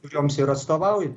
kurioms ir atstovauja